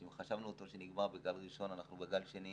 אם חשבנו שנגמר בגל הראשון, אנחנו בגל שני